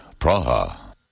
Praha